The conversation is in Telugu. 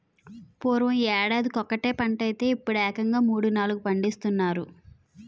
పూర్వం యేడాదికొకటే పంటైతే యిప్పుడేకంగా మూడూ, నాలుగూ పండిస్తున్నారు